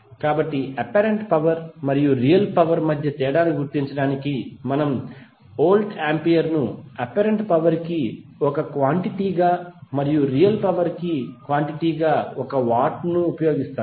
కాబట్టి apparent power మరియు real power మధ్య తేడాను గుర్తించడానికి మనం వోల్ట్ ఆంపియర్ ను అప్పారెంట్ పవర్ కి ఒక క్వాంటిటీ గా మరియు రియల్ పవర్ కి క్వాంటిటీ గా వాట్ ను ఉపయోగిస్తాము